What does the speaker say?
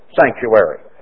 Sanctuary